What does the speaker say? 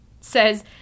says